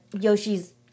Yoshi's